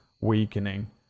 weakening